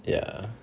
ya